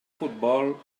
futbol